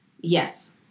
yes